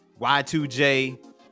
Y2J